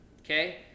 Okay